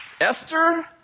Esther